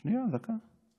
שנייה, דקה.